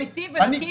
זה נתון אמיתי ונקי.